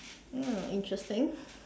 ya interesting